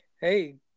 Hey